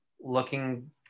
looking